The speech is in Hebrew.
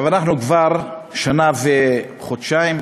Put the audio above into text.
אנחנו כבר שנה וחודשיים,